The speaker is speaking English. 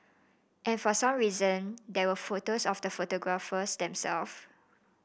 and for some reason there were photos of the photographers themselves